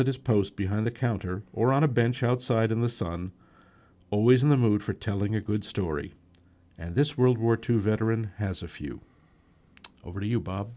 at his post behind the counter or on a bench outside a miss on always in the mood for telling a good story and this world war two veteran has a few over to you bob